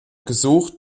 gesucht